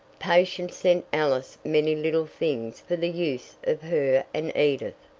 patience sent alice many little things for the use of her and edith,